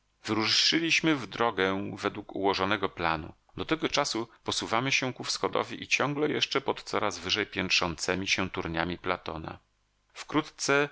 wyruszyliśmy w drogę według ułożonego planu do tego czasu posuwamy się ku wschodowi ciągle jeszcze pod coraz wyżej piętrzącemi się turniami platona wkrótce